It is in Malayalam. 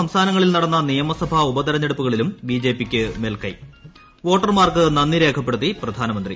സംസ്ഥാനങ്ങളിൽ നട്ന്ന നിയമസഭാ ഉപതെരഞ്ഞെടുപ്പു കളിലും ബിജെപിയ്ക്ക് മേൽക്കൈ വോട്ടർമാർക്ക് നന്ദി രേഖപ്പെടുത്തി പ്രധാനമന്ത്രി